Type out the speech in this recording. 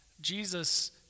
Jesus